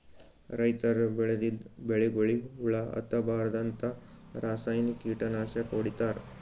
ರೈತರ್ ಬೆಳದಿದ್ದ್ ಬೆಳಿಗೊಳಿಗ್ ಹುಳಾ ಹತ್ತಬಾರ್ದ್ಂತ ರಾಸಾಯನಿಕ್ ಕೀಟನಾಶಕ್ ಹೊಡಿತಾರ್